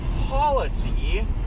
policy